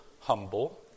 humble